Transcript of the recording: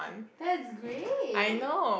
that's great